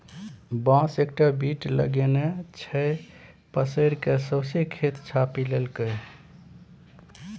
बांस एकटा बीट लगेने छै पसैर कए सौंसे खेत छापि लेलकै